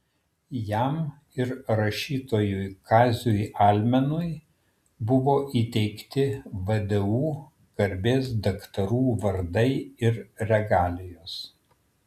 jam ir rašytojui kaziui almenui buvo įteikti vdu garbės daktarų vardai ir regalijos